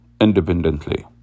independently